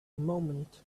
moment